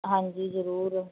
ਹਾਂਜੀ ਜ਼ਰੂਰ